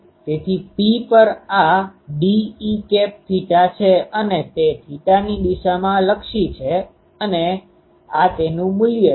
તેથી P પર આ dE છે અને તે θની દિશામાં લક્ષી છે અને આ તેનું મૂલ્ય છે